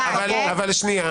אלא על סמך פרשנות פיראטית.